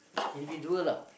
individual lah